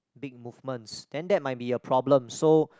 big movements then that might be problem so